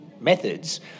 methods